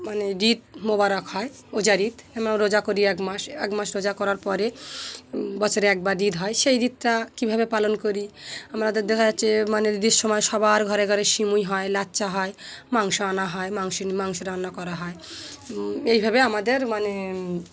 মানে ঈদ মোবারক হয় রোজার ঈদ আমরা রোজা করি এক মাস এক মাস রোজা করার পরে বছরে একবার ঈদ হয় সেই ঈদটা কীভাবে পালন করি আমাদের দেখা যাচ্ছে মানে ঈদের সময় সবার ঘরে ঘরে শিমুই হয় লাচ্চা হয় মাংস আনা হয় মাংস মাংস রান্না করা হয় এইভাবে আমাদের মানে